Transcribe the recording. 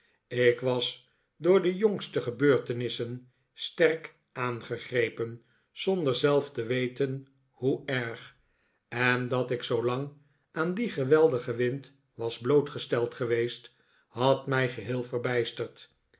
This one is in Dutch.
ik was door de jongste gebeurtenissen sterk aangegrepen zonder zelf te weten hoe erg en dat ik zoolang aan dien geweldigen wind was blootgesteld geweest had mij geheel verbijsterd